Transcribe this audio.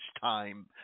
time